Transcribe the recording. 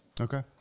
Okay